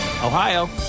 Ohio